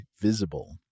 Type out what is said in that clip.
Visible